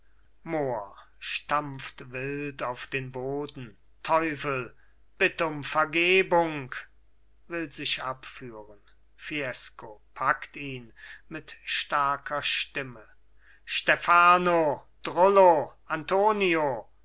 stampft wild auf den boden teufel bitt um vergebung will sich abführen fiesco packt ihn mit starker stimme stephano drullo antonio